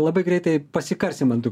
labai greitai pasikarsim ant tų